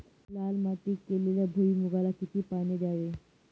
लाल मातीत केलेल्या भुईमूगाला किती पाणी द्यावे?